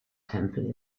tempel